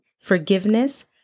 forgiveness